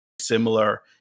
similar